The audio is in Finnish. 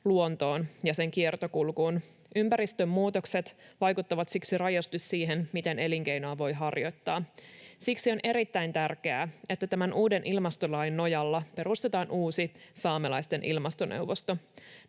luontoon ja sen kiertokulkuun. Ympäristön muutokset vaikuttavat siksi rajusti siihen, miten elinkeinoa voi harjoittaa. Siksi on erittäin tärkeää, että tämän uuden ilmastolain nojalla perustetaan uusi saamelaisten ilmastoneuvosto.